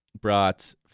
brought